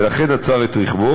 ולכן הוא עצר את רכבו.